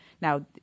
Now